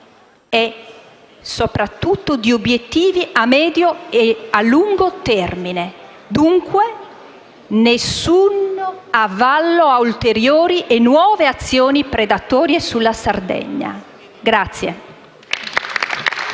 e, soprattutto, di obiettivi a medio e a lungo termine; dunque, nessun avallo a ulteriori e nuove azioni predatorie sulla Sardegna.